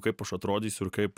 kaip aš atrodysiu ir kaip